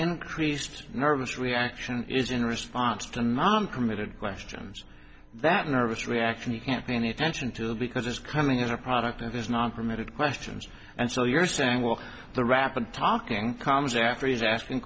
encreased nervous reaction is in response to a man committed questions that nervous reaction you can't pay any attention to because it's coming as a product of his non permitted questions and so you're saying well the rap and talking comes after he's asking